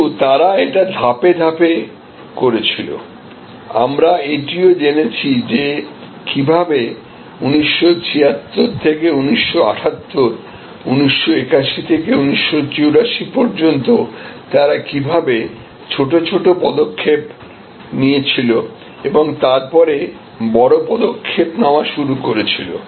কিন্তু তারা এটি ধাপে ধাপে করেছিল আমরা এটিও জেনেছি যে কীভাবে 1976 থেকে 1978 1981 থেকে 1984 পর্যন্ত তারা কীভাবে ছোট ছোট পদক্ষেপ নিয়েছিল এবং তারপরে বড় পদক্ষেপ নেওয়া শুরু করেছিল